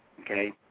okay